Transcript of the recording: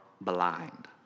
blind